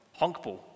Honkball